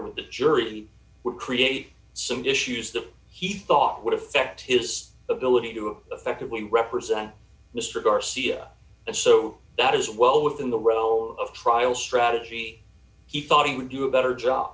with the jury would create some issues that he thought would affect his ability to effectively represent mr garcia and so that is well within the role of trial strategy he thought he would do a better job